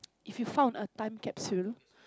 if you found a time capsule